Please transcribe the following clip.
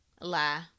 lie